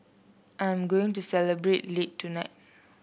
I am going to celebrate late tonight